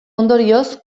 ondorioz